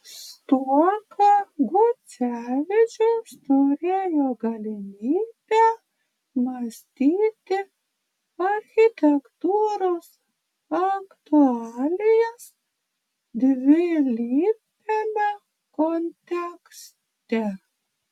stuoka gucevičius turėjo galimybę mąstyti architektūros aktualijas dvilypiame kontekste